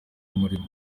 umurimo